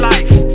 Life